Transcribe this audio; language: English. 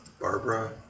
Barbara